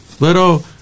little